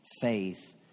faith